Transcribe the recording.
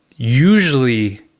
usually